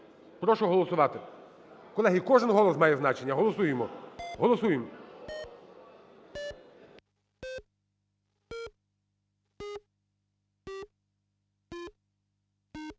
прошу голосувати. Колеги, кожен голос має значення, голосуємо, голосуємо.